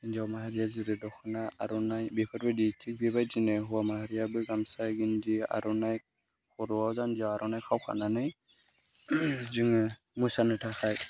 हिनजाव माहारिया जेरै दखना आर'नाइ बेफोरबायदि थिग बेबायदिनो हौवा माहारियाबो गामसा गिन्दि आर'नाइ खर'आव जान्जियाव आर'नाइ खावखानानै जोङो मोसानो थाखाय